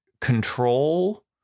control